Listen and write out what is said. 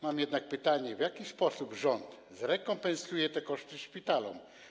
Mam jednak pytanie: W jaki sposób rząd zrekompensuje te koszty szpitalom?